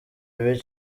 bibi